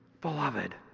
Beloved